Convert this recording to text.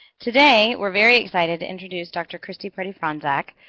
today we are very excited to introduce dr. kristie pretti-frontczak.